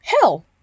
Hell